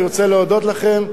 אני רוצה להודות לכם.